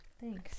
Thanks